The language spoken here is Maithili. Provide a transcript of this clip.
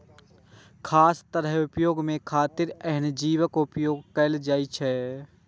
खास तरहक प्रयोग के खातिर एहन जीवक उपोयग कैल जाइ छै